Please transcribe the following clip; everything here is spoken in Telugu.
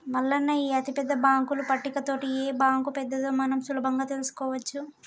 మల్లన్న ఈ అతిపెద్ద బాంకుల పట్టిక తోటి ఏ బాంకు పెద్దదో మనం సులభంగా తెలుసుకోవచ్చు